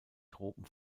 tropen